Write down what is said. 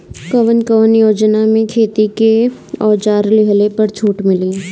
कवन कवन योजना मै खेती के औजार लिहले पर छुट मिली?